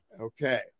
Okay